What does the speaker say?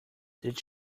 did